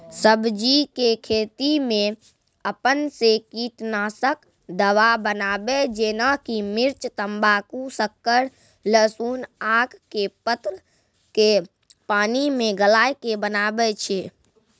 सब्जी के खेती मे अपन से कीटनासक दवा बनाबे जेना कि मिर्च तम्बाकू शक्कर लहसुन आक के पत्र के पानी मे गलाय के बनाबै छै?